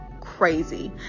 crazy